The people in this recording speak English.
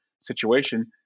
situation